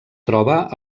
troba